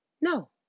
No